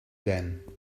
then